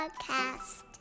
podcast